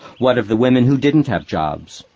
what of the women who didn't have jobs?